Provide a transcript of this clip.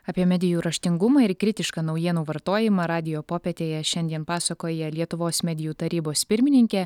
apie medijų raštingumą ir kritišką naujienų vartojimą radijo popietėje šiandien pasakoja lietuvos medijų tarybos pirmininkė